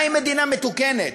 מהי מדינה מתוקנת?